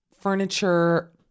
furniture